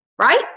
Right